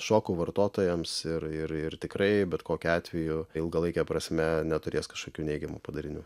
šokų vartotojams ir ir ir tikrai bet kokiu atveju ilgalaike prasme neturės kažkokių neigiamų padarinių